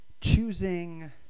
choosing